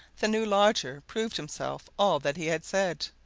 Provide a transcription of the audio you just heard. the new lodger proved himself all that he had said.